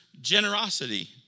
generosity